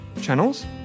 channels